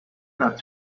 that